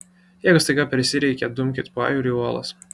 jeigu staiga prisireikia dumkit pajūriu į uolas